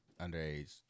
underage